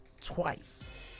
twice